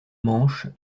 manche